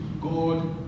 God